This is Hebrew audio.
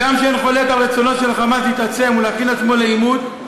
הגם שאין חולק על רצונו של "חמאס" להתעצם ולהכין עצמו לעימות.